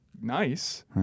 nice